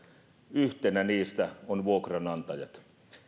yhtenä niistä ovat vuokranantajat